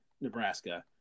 Nebraska